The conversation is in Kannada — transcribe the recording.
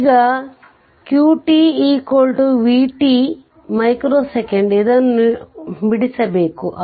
ಈಗ q t v c ಇದನ್ನು ಬಿಡಿಸಬೇಕು